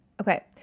Okay